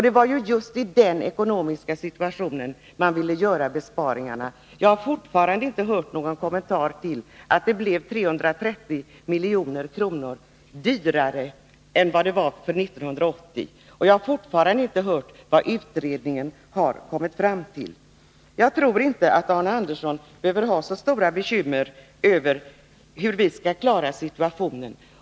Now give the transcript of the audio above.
Det var ju just i den ekonomiska situationen som man ville göra besparingarna. Jag har fortfarande inte hört någon kommentar till att det blev 330 milj.kr. dyrare än för 1980. Fortfarande har jag inte heller hört vad utredningen kommit fram till. Jag tror inte att Arne Andersson i Gustafs behöver ha så stora bekymmer för hur vi skall klara situationen.